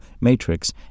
Matrix